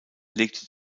legte